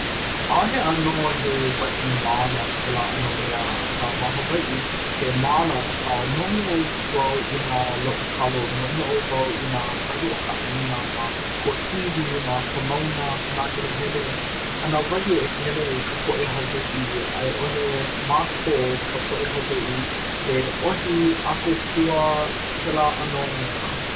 ʻaʻahe ʻano he wahi māla kēlā ʻano mea akā ma hawaiʻi he māla akā noʻonoʻo wau i nā loʻi kalo noʻonoʻo wau i nā wahi o ka ʻāina ma kuahiwi ma ka mauna ka nāhelehele a nā wahi e hele ai ka poʻe hawaiʻi a i ʻole mākou ka poʻe hawaiʻi e ʻohi ʻako pua, kēlā ʻano mea.